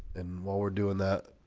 and while we're doing that